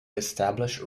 establish